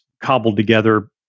cobbled-together